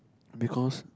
because